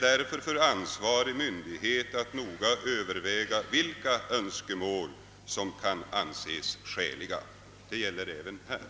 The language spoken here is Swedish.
Därför måste ansvariga myndigheter noga överväga, vilka önskemål som kan anses skäliga. Det gäller även här.